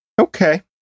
Okay